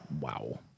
Wow